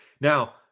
Now